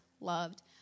loved